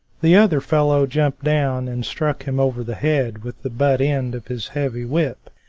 the other fellow jumped down and struck him over the head with the butt-end of his heavy whip.